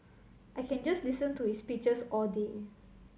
I can just listen to his speeches all day